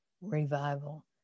revival